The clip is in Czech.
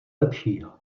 lepšího